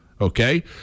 okay